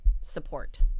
support